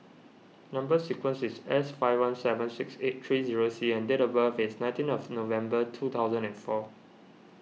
Number Sequence is S five one seven six eight three zero C and date of birth is nineteen of November two thousand and four